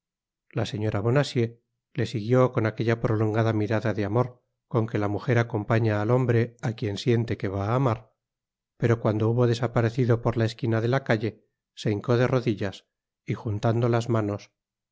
la señora bonacieux le siguió con aquella prolongada mirada de amor con que la muger acompaña al hombre á quien siente que va á amar pero cuando hubo desaparecido por la esquina de la calle se hincó de rodillas y juntando las manos oh